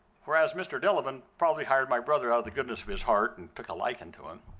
whereas mr. delavin probably hired my brother out of the goodness of his heart, and took a liking to him,